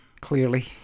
clearly